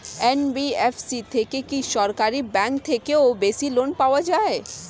NBFC থেকে কি সরকারি ব্যাংক এর থেকেও বেশি লোন পাওয়া যায়?